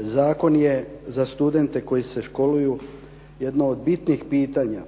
zakon je za studente koji se školuju jedno od bitnih pitanja.